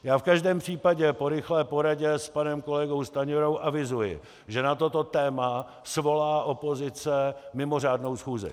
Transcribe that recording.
Já v každém případě po rychlé poradě s panem kolegou Stanjurou avizuji, že na toto téma svolá opozice mimořádnou schůzi.